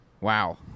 wow